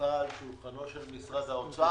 נסמכה על שולחנו של משרד האוצר.